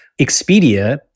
Expedia